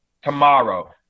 Tomorrow